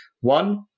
One